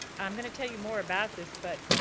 i'm gonna tell you more about this but,